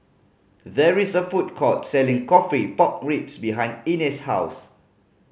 there is a food court selling coffee pork ribs behind Ines' house